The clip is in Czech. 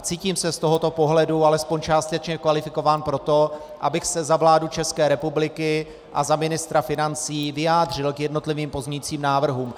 Cítím se z tohoto pohledu alespoň částečně kvalifikován pro to, abych se za vládu České republiky a za ministra financí vyjádřil k jednotlivým pozměňujícím návrhům.